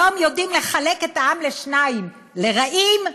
היום יודעים לחלק את העם לשניים: לרעים,